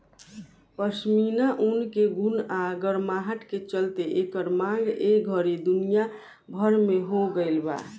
पश्मीना ऊन के गुण आ गरमाहट के चलते एकर मांग ए घड़ी दुनिया भर में हो गइल बा